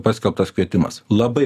paskelbtas kvietimas labai